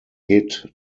hit